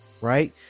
right